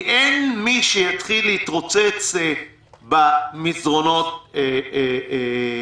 כי אין מי שיתחיל להתרוצץ במסדרונות עצמם.